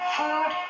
food